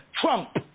Trump